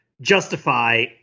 justify